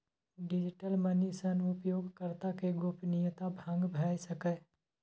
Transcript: digital money सं उपयोगकर्ता के गोपनीयता भंग भए सकैए